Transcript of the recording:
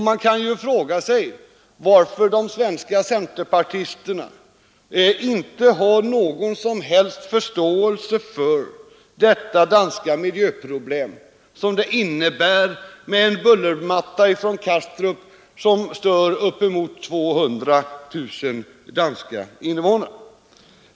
Man kan fråga sig varför de svenska centerpartisterna inte har någon som helst förståelse för det danska miljöproblem som det innebär att ha en bullermatta från Kastrup som stör upp emot 200 000 danska invånare.